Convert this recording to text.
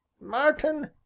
Martin